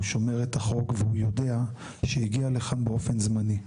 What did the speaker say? הוא שומר את החוק והוא יודע שהגיע לכאן באופן זמני.